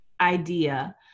idea